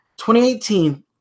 2018